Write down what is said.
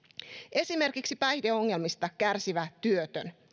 esimerkiksi päihdeongelmista kärsivä työtön